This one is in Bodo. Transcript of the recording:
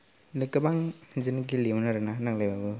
बिदिनो गोबां गेलेयोमोन आरोना नांज्लायबाबो